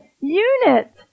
unit